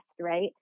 right